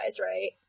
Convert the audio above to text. right